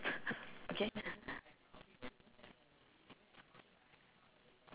okay